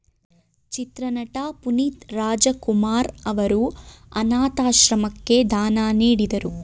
ಚಿತ್ರನಟ ಪುನೀತ್ ರಾಜಕುಮಾರ್ ಅವರು ಅನಾಥಾಶ್ರಮಕ್ಕೆ ದಾನ ನೀಡಿದರು